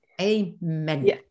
Amen